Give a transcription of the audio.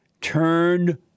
turned